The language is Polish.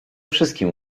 wszystkim